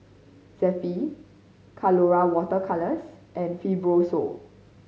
Zappy Colora Water Colours and Fibrosol